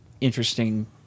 interesting